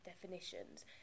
definitions